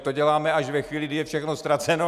To děláme až ve chvíli, kdy je všechno ztraceno.